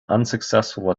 unsuccessful